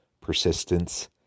persistence